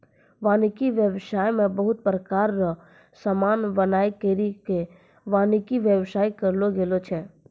वानिकी व्याबसाय मे बहुत प्रकार रो समान बनाय करि के वानिकी व्याबसाय करलो गेलो छै